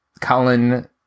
Colin